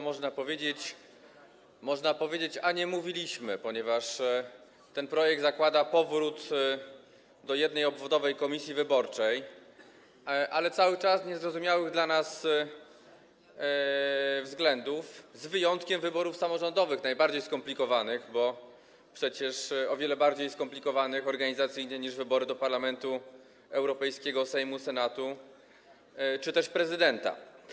Można powiedzieć: a nie mówiliśmy, ponieważ ten projekt zakłada powrót do jednej obwodowej komisji wyborczej, ale cały czas z niezrozumiałych dla nas względów, z wyjątkiem wyborów samorządowych, najbardziej skomplikowanych, bo przecież o wiele bardziej skomplikowanych organizacyjnie niż wybory do Parlamentu Europejskiego, Sejmu, Senatu czy też na prezydenta.